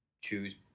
choose